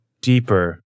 deeper